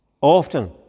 often